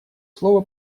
слово